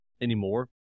anymore